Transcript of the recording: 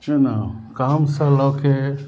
जेना कामसँ लऽके